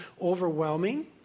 overwhelming